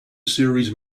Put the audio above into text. series